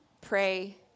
pray